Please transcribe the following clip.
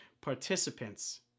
participants